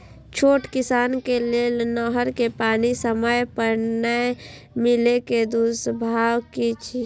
छोट किसान के लेल नहर के पानी समय पर नै मिले के दुष्प्रभाव कि छै?